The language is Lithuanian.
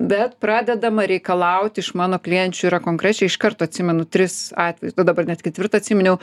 bet pradedama reikalauti iš mano klienčių yra konkrečiai iš karto atsimenu tris atvejus nu dabar net ketvirtą atsiminiau